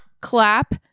clap